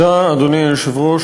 אדוני היושב-ראש,